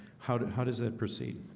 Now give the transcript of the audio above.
how do how does that proceed?